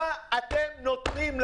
מה אתם נותנים?